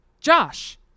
Josh